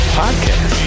podcast